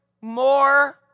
more